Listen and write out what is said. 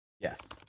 Yes